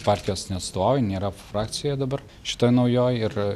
partijos nestovi nėra frakcijoj dabar šitoj naujoj ir